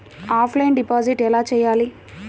Offline deposit ఎలా చేయాలి?